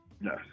Yes